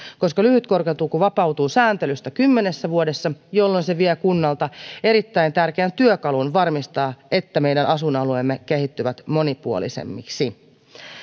koska lyhyt korkotuki vapautuu sääntelystä kymmenessä vuodessa jolloin se vie kunnalta erittäin tärkeän työkalun varmistaa että meidän asuin alueemme kehittyvät monipuolisemmiksi